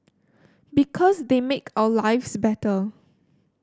because they make our lives better